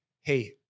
hey